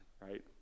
right